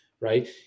right